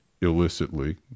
illicitly